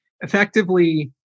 effectively